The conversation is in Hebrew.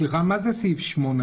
סליחה, מה פסקה (8).